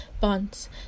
bonds